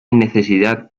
necesidad